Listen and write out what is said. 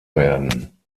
werden